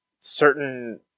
certain